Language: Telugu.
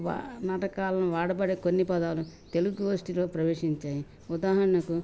వా నాటకాలను వాడబడే కొన్ని పదాలు తెలుగు వష్టిలో ప్రవేశించాయి ఉదాహరణకు